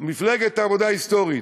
מפלגת העבודה ההיסטורית,